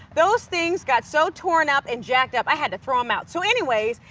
those things got so torn up and jacked up, i had to throw them out. so anyway,